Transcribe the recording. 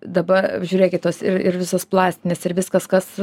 dabar žiūrėkit tos ir visos plastinės ir viskas kas